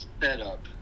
setup